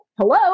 Hello